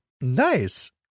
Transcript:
Nice